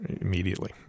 immediately